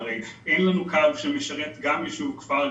הרי אין לנו קו שמשרת גם יישוב כפר,